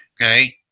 okay